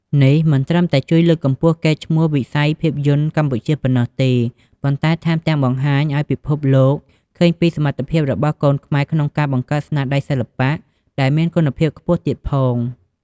នេះមិនត្រឹមតែជួយលើកកម្ពស់កេរ្តិ៍ឈ្មោះវិស័យភាពយន្តកម្ពុជាប៉ុណ្ណោះទេ ប៉ុន្តែថែមទាំងបង្ហាញឱ្យពិភពលោកឃើញពីសមត្ថភាពរបស់កូនខ្មែរក្នុងការបង្កើតស្នាដៃសិល្បៈដែលមានគុណភាពខ្ពស់ទៀតផង។